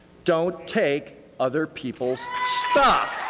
don't take other people's stuff.